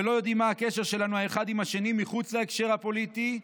ולא יודע מה הקשר שלנו אחד עם השני מחוץ להקשר הפוליטי,